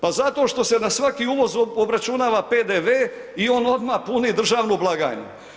Pa zato što se na svaki uvoz obračunava PDV i on odmah puni državnu blagajnu.